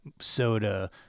soda